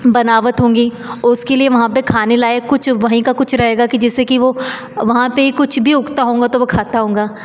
बनावट होगी उसके लिए वहाँ पर खाने लायक कुछ वही का कुछ रहेगा कि जिससे कि वह वहाँ पर कुछ भी उगता होगा तो वह खाता होगा